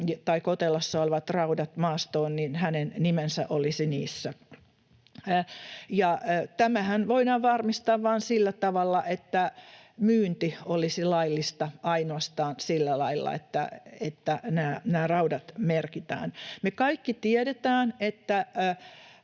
tai kotelossa olevat raudat maastoon, niin hänen nimensä olisi niissä. Tämähän voidaan varmistaa vain sillä tavalla, että myynti olisi laillista ainoastaan sillä lailla, että nämä raudat merkitään. Me kaikki tiedetään, että